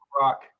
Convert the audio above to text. Rock